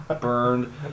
burned